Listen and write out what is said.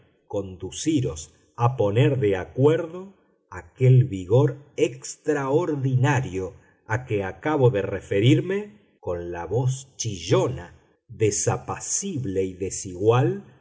propósito inmediato conduciros a poner de acuerdo aquel vigor extraordinario a que acabo de referirme con la voz chillona desapacible y desigual